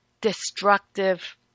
destructive